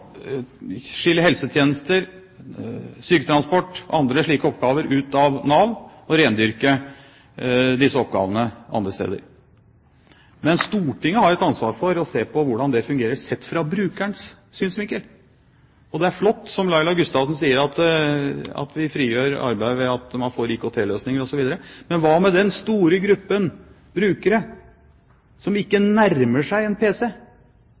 skille helsetjenester, syketransport og andre slike oppgaver ut av Nav og rendyrke disse oppgavene andre steder, men Stortinget har et ansvar for å se på hvordan det fungerer sett fra brukerens synsvinkel. Det er flott, som Laila Gustavsen sier, at vi frigjør arbeid ved at man får IKT-løsninger osv. Men hva med den store gruppen brukere som ikke nærmer seg en PC,